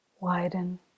widen